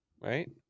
right